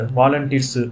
volunteers